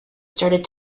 started